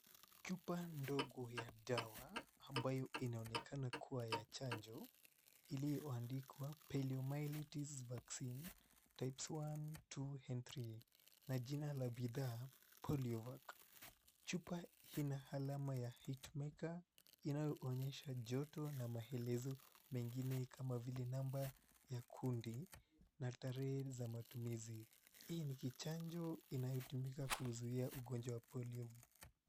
Chupa ndogo ya dawa ambayo inaonekana kua ya chanjo iliyoandikwa Poliomyelitis Vaccine Types 1, 2 and 3 na jina la bidhaa Polio Vac. Chupa ina alama ya Heatmarker inayoonyesha joto na matumizi mengine kama vile namba ya kundi na tarehe za matumizi, hii ni chanjo inayotumika kuzuia ugonjwa wa Polio.